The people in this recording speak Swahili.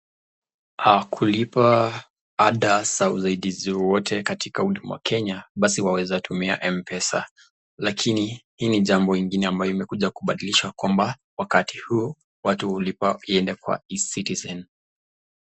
Kulipa ada za usaidizi wowote katika huduma Kenya basi waweza tumia mpesa, lakini hii ni jambo lingine ambayo imekuja kubadilisha kwamba, wakati huu watu hulipa iende kwa ecitizen.